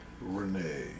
Renee